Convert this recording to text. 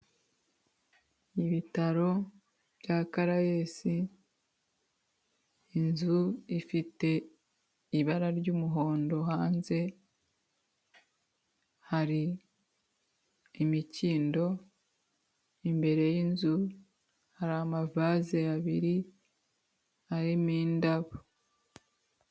Ibitaro bya Caraes, inzu ifite ibara ry'umuhondo, hanze hari imikindo, imbere y'inzu hari amavase abiri arimo indabo.